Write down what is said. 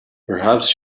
perhaps